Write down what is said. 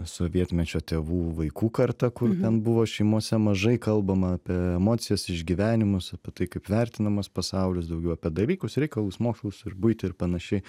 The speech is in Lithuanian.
sovietmečio tėvų vaikų karta kur ten buvo šeimose mažai kalbama apie emocijas išgyvenimus apie tai kaip vertinamas pasaulis daugiau apie dalykus reikalus mokslus ir buitį ir panašiai